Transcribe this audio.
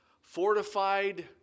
fortified